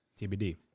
TBD